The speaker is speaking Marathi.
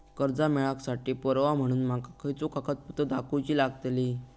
कर्जा मेळाक साठी पुरावो म्हणून माका खयचो कागदपत्र दाखवुची लागतली?